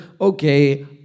Okay